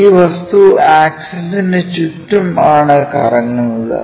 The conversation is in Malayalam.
ഈ വസ്തു ആക്സിസിനു ചുറ്റും ആണ് കറങ്ങുന്നതു